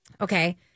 Okay